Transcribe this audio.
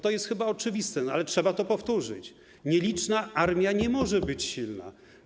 To jest chyba oczywiste, ale trzeba to powtórzyć: nieliczna armia nie może być silna.